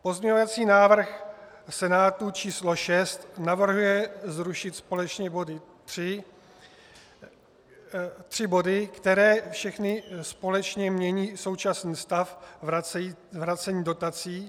Pozměňovací návrh Senátu číslo 6 navrhuje zrušit společně tři body, které všechny společně mění současný stav vracení dotací.